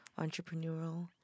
entrepreneurial